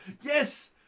yes